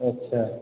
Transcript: अच्छा